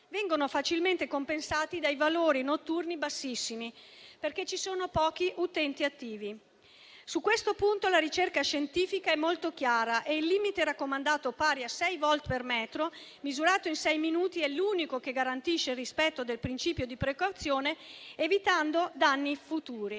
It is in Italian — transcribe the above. vengono facilmente compensati dai valori notturni bassissimi, perché ci sono pochi utenti attivi. Su questo punto la ricerca scientifica è molto chiara e il limite raccomandato, pari a 6 volt per metro misurato in sei minuti, è l'unico che garantisce il rispetto del principio di precauzione, evitando danni futuri.